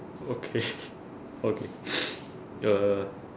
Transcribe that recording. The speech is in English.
okay okay uh